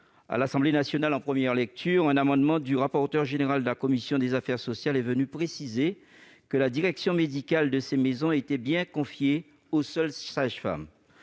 À l'Assemblée nationale, en première lecture, un amendement du rapporteur général de la commission des affaires sociales est venu préciser que la direction médicale de ces maisons était bien confiée aux seules sages-femmes.